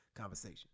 conversation